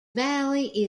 valley